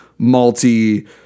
malty